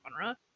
genre